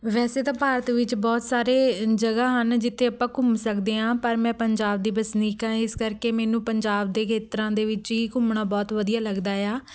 ਵੈਸੇ ਤਾਂ ਭਾਰਤ ਵਿੱਚ ਬਹੁਤ ਸਾਰੇ ਜਗ੍ਹਾ ਹਨ ਜਿੱਥੇ ਆਪਾਂ ਘੁੰਮ ਸਕਦੇ ਹਾਂ ਪਰ ਮੈਂ ਪੰਜਾਬ ਦੀ ਵਸਨੀਕ ਹਾਂ ਇਸ ਕਰਕੇ ਮੈਨੂੰ ਪੰਜਾਬ ਦੇ ਖੇਤਰਾਂ ਦੇ ਵਿੱਚ ਹੀ ਘੁੰਮਣਾ ਬਹੁਤ ਵਧੀਆ ਲੱਗਦਾ ਆ